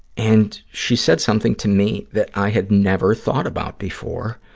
and she said something to me that i had never thought about before,